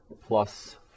plus